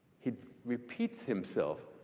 he repeats himself.